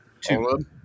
Two